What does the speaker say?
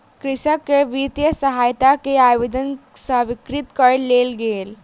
कृषक के वित्तीय सहायता के आवेदन स्वीकृत कय लेल गेल